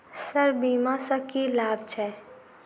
Sir बीमा सँ की लाभ छैय?